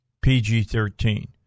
PG-13